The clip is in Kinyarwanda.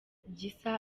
gisa